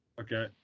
Okay